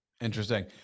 Interesting